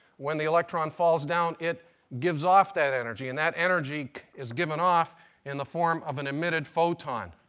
when the electron falls down it gives off that energy. and that energy is given off in the form of an emitted photon.